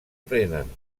prenen